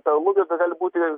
ta logika gali būti